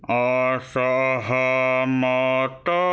ଅସହମତ